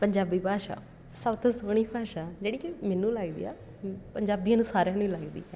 ਪੰਜਾਬੀ ਭਾਸ਼ਾ ਸਭ ਤੋਂ ਸੋਹਣੀ ਭਾਸ਼ਾ ਜਿਹੜੀ ਕਿ ਮੈਨੂੰ ਲੱਗਦੀ ਆ ਪੰਜਾਬੀਆਂ ਨੂੰ ਸਾਰਿਆਂ ਨੂੰ ਹੀ ਲੱਗਦੀ ਹੈ